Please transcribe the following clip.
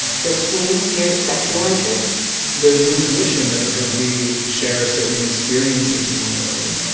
feel pain, fear, sexual interest there's an intuition that because we share certain experiences in the world,